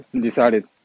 decided